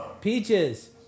peaches